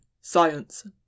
science